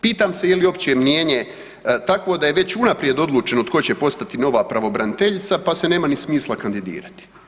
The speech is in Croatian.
Pitam se je li opće mnijenje takvo da je već unaprijed odlučeno tko će postati nova Pravobraniteljica pa se nema ni smisla kandidirati.